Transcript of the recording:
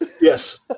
Yes